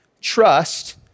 trust